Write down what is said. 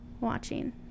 watching